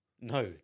No